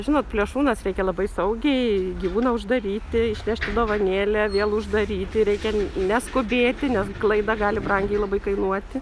žinot plėšrūnas reikia labai saugiai gyvūną uždaryti išnešti dovanėlę vėl uždaryti reikia neskubėti nes klaida gali brangiai labai kainuoti